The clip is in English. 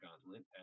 gauntlet